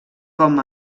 com